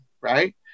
Right